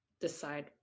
decide